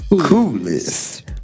Coolest